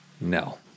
no